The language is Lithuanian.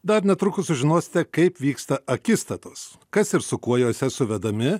dar netrukus sužinosite kaip vyksta akistatos kas ir su kuo jose suvedami